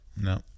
No